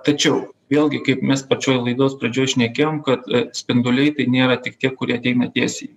tačiau vėlgi kaip mes pačioj laidos pradžioj šnekėjom kad spinduliai tai nėra tik tie kurie ateina tiesiai